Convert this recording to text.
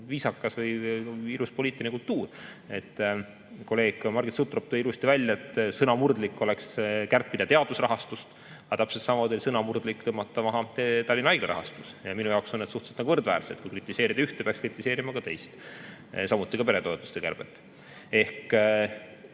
viisakas või ilus poliitiline kultuur. Kolleeg Margit Sutrop tõi ilusti välja, et sõnamurdlik oleks kärpida teadusrahastust. Aga täpselt sama sõnamurdlik on tõmmata maha Tallinna Haigla rahastus. Minu jaoks on need suhteliselt võrdväärsed. Kui kritiseerida ühte, peaks kritiseerima ka teist. Samuti peretoetuste kärbet. Ehk